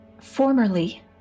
formerly